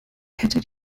hätte